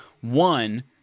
One